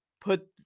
put